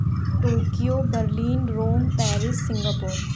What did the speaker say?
Tokyo Berlin Rome Paris Singapore